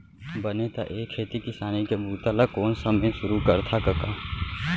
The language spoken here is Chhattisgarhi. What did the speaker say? बने त ए खेती किसानी के बूता ल कोन समे सुरू करथा कका?